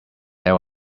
there